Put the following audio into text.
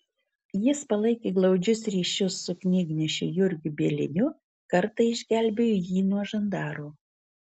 jis palaikė glaudžius ryšius su knygnešiu jurgiu bieliniu kartą išgelbėjo jį nuo žandaru